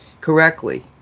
correctly